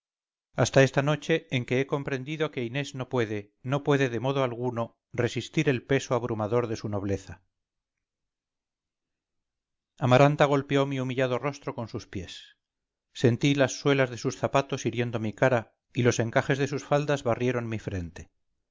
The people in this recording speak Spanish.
hasta esta noche en que he comprendido que inés no puede no puede de modo alguno resistir el peso abrumador de su nobleza amaranta golpeó mi humillado rostro con sus pies sentí las suelas de sus zapatos hiriendo mi cabeza y los encajes de sus faldas barrieron mi frente